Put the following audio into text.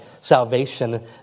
salvation